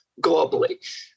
globally